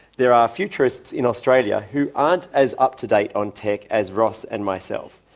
there are futurists in australia who aren't as up-to-date on tech as ross and myself.